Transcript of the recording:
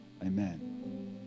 Amen